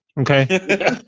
Okay